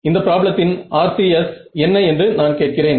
இந்த ப்ராப்ளத்தின் RCS என்ன என்று நான் கேட்கிறேன்